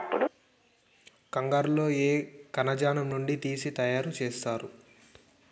కంగారు లో ఏ కణజాలం నుండి తీసి తయారు చేస్తారు?